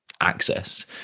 access